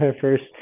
first